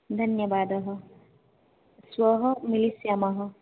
धन्यवादः श्वः मिलिष्यामः